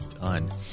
done